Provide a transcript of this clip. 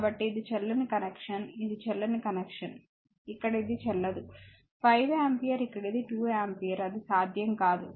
కాబట్టి ఇది చెల్లని కనెక్షన్ ఇది చెల్లని కనెక్షన్ ఇక్కడ ఇది చెల్లదు 5 ఆంపియర్ ఇక్కడ ఇది 2 ఆంపియర్ అది సాధ్యం కాదు